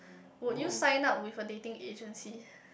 would you sign up with a dating agency